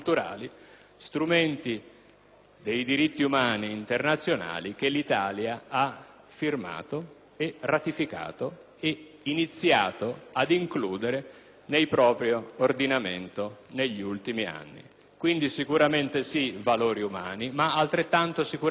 Quindi, sicuramente sì ai valori umani, ma altrettanto sicuramente sì ai diritti umani.